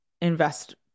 invest